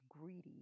greedy